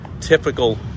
typical